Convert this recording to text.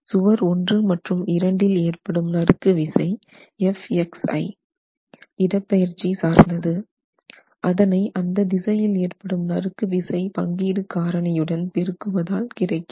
சுவர் 1 மற்றும் 2 ஏற்படும் நறுக்கு விசை Fxi இடப்பெயர்ச்சி சார்ந்தது அதனை அந்த திசையில் ஏற்படும் நறுக்கு விசை பங்கீடு காரணியுடன் பெருக்குவதால் கிடைக்கிறது